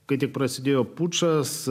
kai tik prasidėjo pučas